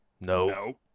No